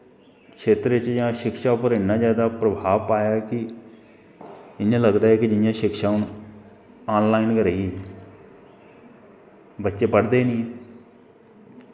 खेत्तर च जां शिक्षा उप्पर इन्ना जादा प्रभाव पाया कि इयां लगदा ऐ की सिक्षा हून ऑन लाईन गै रेही बच्चे पढ़दे नी